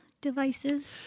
devices